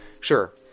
sure—